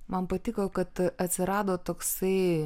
man patiko kad atsirado toksai